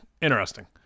Interesting